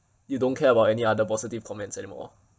you don't care about any other positive comments anymore